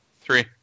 three